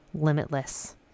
limitless